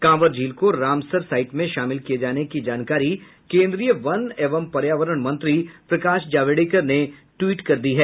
कांवर झील को Ramsar site में शामिल किए जाने की जानकारी केंद्रीय वन एवं पर्यावरण मंत्री प्रकाश जावेडकर ने ट्वीट कर दी है